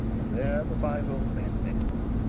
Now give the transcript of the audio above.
and there the five old men met them.